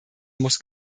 muss